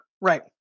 Right